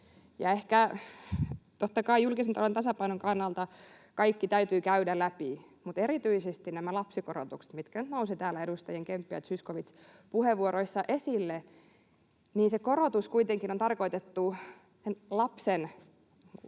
Totta kai julkisen talouden tasapainon kannalta kaikki täytyy käydä läpi, mutta erityisesti nämä lapsikorotukset — mitkä nyt nousivat täällä edustajien Kemppi ja Zyskowicz puheenvuoroissa esille — kuitenkin ovat tarkoitettu lapsen